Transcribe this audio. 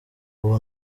ubu